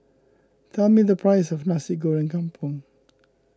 tell me the price of Nasi Goreng Kampung